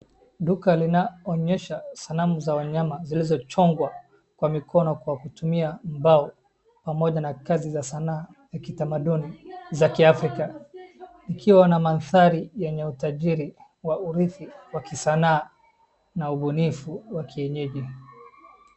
Duka linaonyesha sanamu za wanyama zilizochongwa kwa mikono kwa kutumia mbao pamoja na kazi ya kisanaa ya kitamaduni za kiafrika ikiwa na mandhari yenye utajiri wa urithi wa kisanaa na ubunifu wa kienyeji.